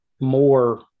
more